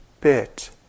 bit